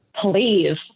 Please